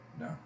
No